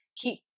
keep